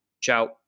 Ciao